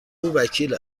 وکیل